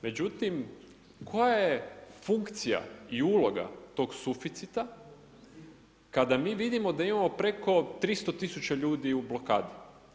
Međutim, koja je funkcija i uloga tog suficita kada mi vidimo da imamo preko 300 000 ljudi u blokadi?